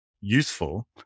useful